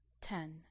Ten